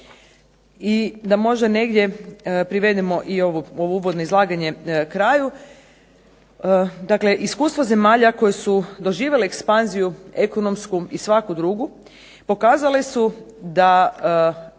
I da možda negdje privedemo i ovo uvodno izlaganje kraju, dakle iskustvo zemalja koje su doživjele ekspanziju ekonomsku i svaku drugu pokazale su da